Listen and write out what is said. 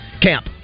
camp